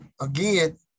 again